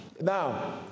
Now